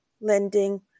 lending